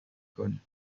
کنیم